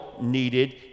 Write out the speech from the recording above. needed